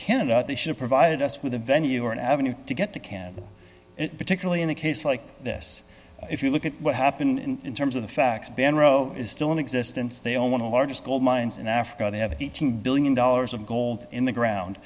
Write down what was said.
canada they should provided us with a venue or an avenue to get to can it particularly in a case like this if you look at what happened in terms of the facts been row is still in existence they own one of the largest gold mines in africa they have eighteen billion dollars of gold in the ground